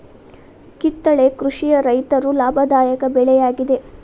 ಕಿತ್ತಳೆ ಕೃಷಿಯ ರೈತರು ಲಾಭದಾಯಕ ಬೆಳೆ ಯಾಗಿದೆ